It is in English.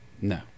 No